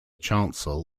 chancel